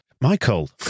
Michael